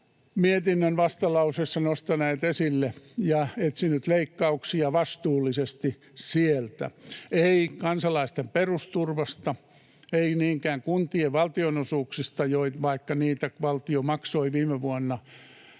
budjettimietinnön vastalauseessa nostaneet esille, etsinyt leikkauksia vastuullisesti sieltä, ei kansalaisten perusturvasta, ei niinkään kuntien valtionosuuksista, vaikka niitä valtio maksoi viime vuonna